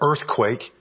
earthquake